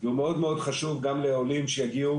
כי הוא מאוד מאוד חשוב גם לעולים שיגיעו,